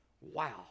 Wow